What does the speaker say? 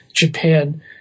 Japan